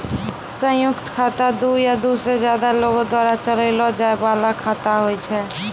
संयुक्त खाता दु या दु से ज्यादे लोगो द्वारा चलैलो जाय बाला खाता होय छै